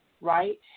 Right